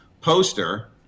poster